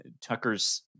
Tucker's